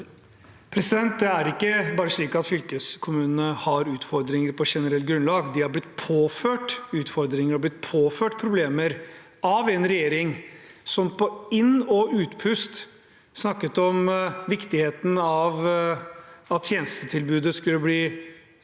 Det er ikke slik at fylkeskommunene har utfordringer bare på generelt grunnlag. De har blitt påført utfordringer og problemer av en regjering som på inn- og utpust snakket om viktigheten av at tjenestetilbudet skulle bli styrket,